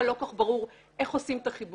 לא כל כך ברור איך עושים את החיבורים,